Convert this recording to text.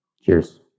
cheers